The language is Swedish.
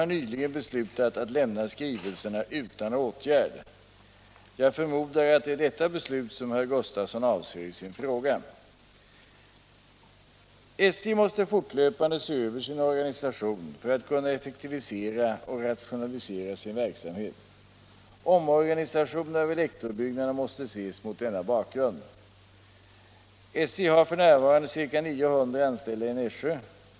SJ måste fortlöpande se över sin organisation för att kunna effektivisera och rationalisera sin verksamhet. Omorganisationen av elektrobyggnaderna måste ses mot denna bakgrund. SJ har f. n. ca 900 anställda i Nässjö.